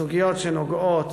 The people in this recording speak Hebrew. סוגיות שנוגעות